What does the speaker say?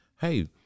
Hey